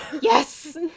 Yes